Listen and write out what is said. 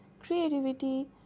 creativity